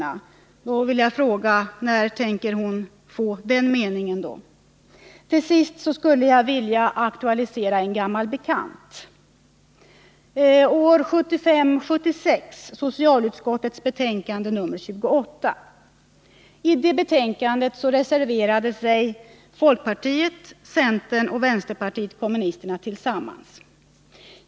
Jag vill därför fråga: När vågar hon ha det? Till sist vill jag aktualisera en gammal bekant. I socialutskottets betänkande 1975/76:28 reserverade sig folkpartiet, centerpartiet och vänsterpartiet kommunisterna tillsammans.